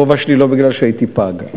הגובה שלי אינו בגלל שהייתי פג.